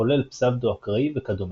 מחולל פסבדו אקראי וכדומה.